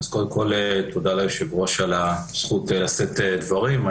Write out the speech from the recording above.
קודם כל תודה ליושב-ראש על הזכות לשאת דברים.